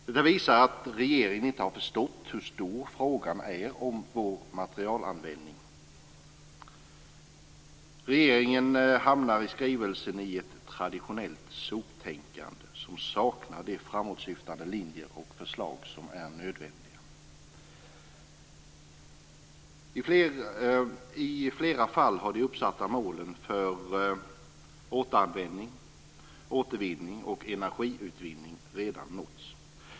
Det visar att regeringen inte har förstått hur stor frågan om vår materialanvändning är. Regeringen hamnar i skrivelsen i ett traditionellt zontänkande som saknar de framåtsyftande linjer och förslag som är nödvändiga. I flera fall har de uppsatta målen för återanvändning, återvinning och energiutvinning redan nåtts.